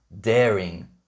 daring